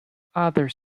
other